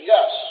Yes